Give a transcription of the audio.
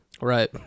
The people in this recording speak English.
Right